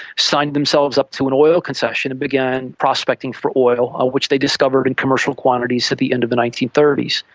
signed themselves up to an oil concession and began prospecting for oil, which they discovered in commercial quantities at the end of the nineteen thirty s.